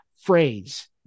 phrase